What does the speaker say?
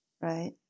right